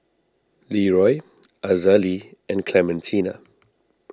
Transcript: Leroy Azalee and Clementina